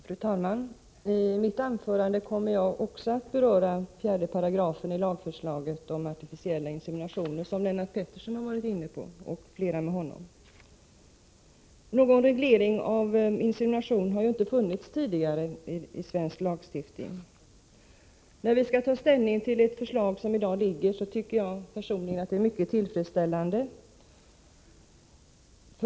Fru talman! I mitt anförande kommer jag att beröra 4 § i lagförslaget om artificiella inseminationer, som Lennart Pettersson och flera med honom varit inne på. Någon reglering av verksamheten med insemination har inte funnits tidigare i svensk lagstiftning. När vi nu skall ta ställning till det aktuella lagförslaget, tycker jag personligen att detta är mycket tillfredsställande.